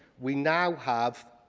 we now have.